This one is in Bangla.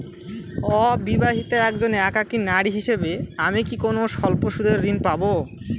অবিবাহিতা একজন একাকী নারী হিসেবে আমি কি কোনো স্বল্প সুদের ঋণ পাব?